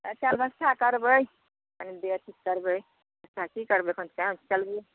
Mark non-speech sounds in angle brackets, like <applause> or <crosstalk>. अच्छा ब्यबस्था करबै कने देर से करबै अच्छा की करबै अखन <unintelligible>